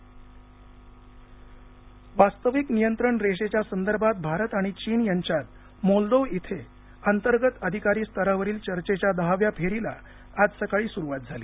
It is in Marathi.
भारत चीन बैठक वास्तविक नियंत्रण रेषेच्या संदर्भात भारत आणि चीन यांच्यात मोलदोव येथे अंतर्गत अधिकारी स्तरावरील चर्चेच्या दहाव्या फेरीला आज सकाळी सुरुवात झाली